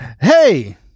Hey